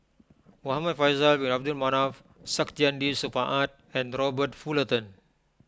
Muhamad Faisal Bin Abdul Manap Saktiandi Supaat and Robert Fullerton